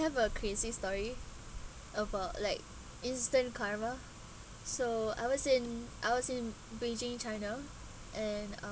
have a crazy story about like instant karma so I was in I was in beijing china and uh